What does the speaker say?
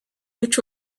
which